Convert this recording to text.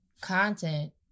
content